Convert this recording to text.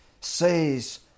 says